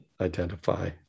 identify